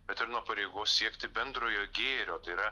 bet ir nuo pareigos siekti bendrojo gėrio tai yra